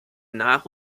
nach